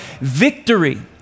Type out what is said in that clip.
victory